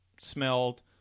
smelled